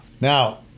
Now